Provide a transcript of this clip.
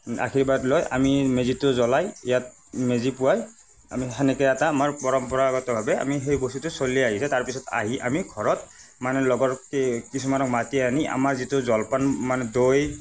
আশীৰ্বাদ লৈ আমি মেজিটো জ্ৱলাই ইয়াত মেজি পুৱাই আমি সেনেকৈ এটা আমাৰ পৰম্পৰাগতভাৱে আমি সেই বস্তুটো চলি আহিছে তাৰ পিছত আহি আমি ঘৰত মানে লগৰ কিছুমানক মাতি আনি আমাৰ যিটো জলপান মানে দৈ